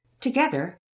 Together